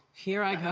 here i go.